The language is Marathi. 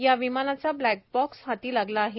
या विमानाचा ब्लॅक बॉक्स हाती लागला आहे